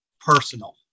personal